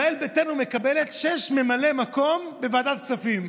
ישראל ביתנו מקבלת שש ממלאי מקום בוועדת כספים.